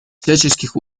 всяческих